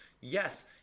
Yes